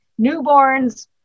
newborns